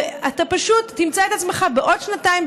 ואתה פשוט תמצא את עצמך בעוד שנתיים,